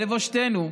אבל לבושתנו,